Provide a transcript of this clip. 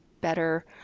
better